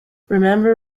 remember